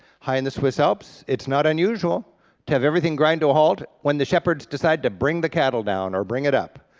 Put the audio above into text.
high in the swiss alps, it's not unusual to have everything grind to a halt when the shepherd's decided to bring the cattle down or bring it up.